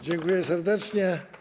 Dziękuję serdecznie.